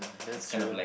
that's true